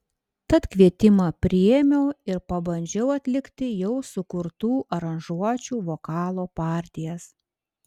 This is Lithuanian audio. tad kvietimą priėmiau ir pabandžiau atlikti jau sukurtų aranžuočių vokalo partijas